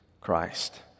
Christ